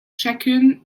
chacune